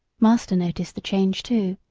master noticed the change, too,